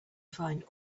find